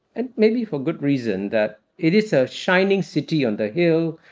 and maybe for good reason, that it is a shining city on the hill.